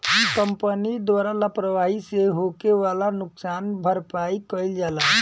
company के द्वारा लापरवाही से होखे वाला नुकसान के भरपाई कईल जाला